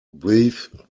breathe